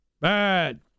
Bad